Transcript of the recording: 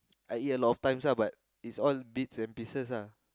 I eat a lot of times ah but it's all bits and pieces ah